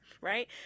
right